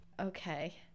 okay